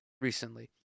recently